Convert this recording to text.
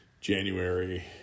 January